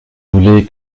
voulez